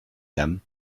them